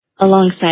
alongside